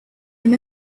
him